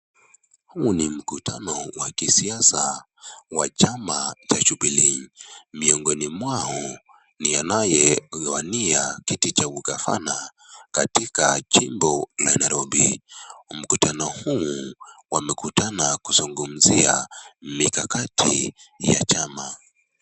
Huu ni mkutano wa kisiasa wa chama cha Jubilee . Miongoni mwao ni anayewania kiti ya gavana. Katika jimbo la Nairobi . Mkutano huu wamekutana kuzungumzia mikakati ya chama.